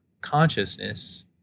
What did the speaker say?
consciousness